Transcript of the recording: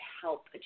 help